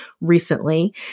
recently